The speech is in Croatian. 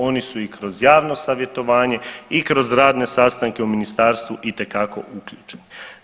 Oni su i kroz javno savjetovanje i kroz radne sastanke u ministarstvu itekako uključeni.